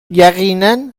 یقینا